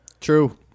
True